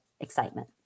excitement